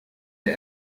der